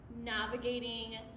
navigating